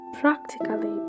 practically